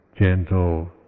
gentle